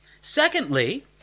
Secondly